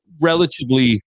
relatively